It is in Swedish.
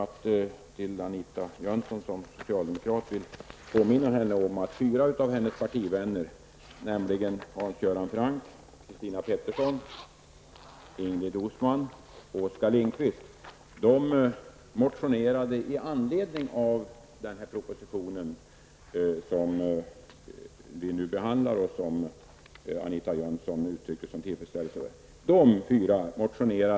När det gäller promillegränserna vill jag påminna Lindkvist motionerade i anledning av denna proposition som vi nu behandlar och som Anita Jönsson uttrycker sin tillfredsställelse över.